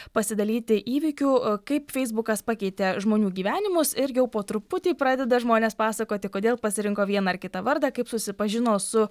pasidalyti įvykių kaip feisbukas pakeitė žmonių gyvenimus ir jau po truputį pradeda žmonės pasakoti kodėl pasirinko vieną ar kitą vardą kaip susipažino su